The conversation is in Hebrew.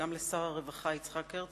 וגם לשר הרווחה יצחק הרצוג,